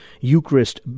Eucharist